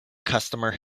customer